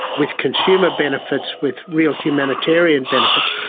with consumer benefits, with real humanitarian benefits,